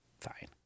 fine